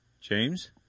James